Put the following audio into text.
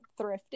thrifting